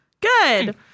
Good